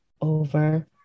over